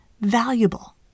valuable